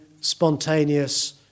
spontaneous